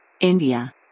India